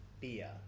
beer